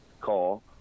call